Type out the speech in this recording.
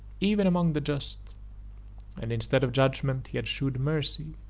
even among the just and instead of judgment he has shewed mercy,